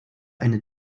eine